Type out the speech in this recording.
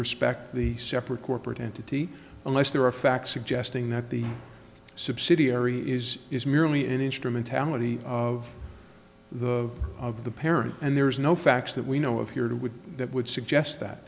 respect the separate corporate entity unless there are facts suggesting that the subsidiary is is merely an instrumentality of the of the parent and there is no facts that we know of here to would that would suggest that